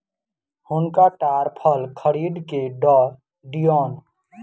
हुनका ताड़ फल खरीद के दअ दियौन